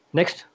Next